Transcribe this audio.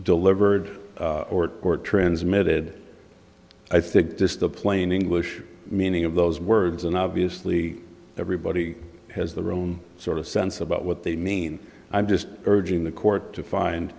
delivered or transmitted i think this the plain english meaning of those words and obviously everybody has their own sort of sense about what they mean i'm just urging the court to find